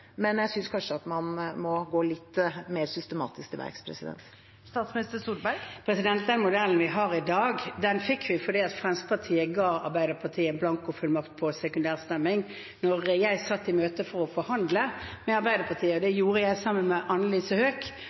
men jeg synes kanskje at man må gå litt mer systematisk til verks. Den modellen vi har i dag, fikk vi fordi Fremskrittspartiet ga Arbeiderpartiet en blankofullmakt på sekundær stemming. Da jeg satt i møte for å forhandle med Arbeiderpartiet, og det gjorde jeg sammen med